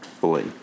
fully